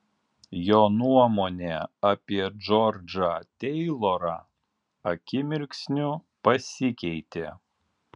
jo nuomonė apie džordžą teilorą akimirksniu pasikeitė